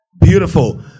Beautiful